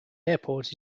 airport